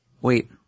Wait